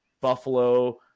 Buffalo –